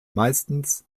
meistens